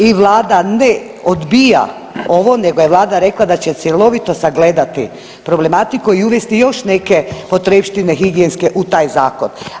I vlada ne odbija ovo nego je vlada rekla da će cjelovito sagledati problematiku i uvesti još neke potrepštine higijenske u taj zakon.